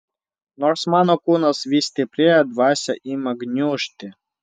nors mano kūnas vis stiprėja dvasia ima gniužti